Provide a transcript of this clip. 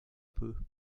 peu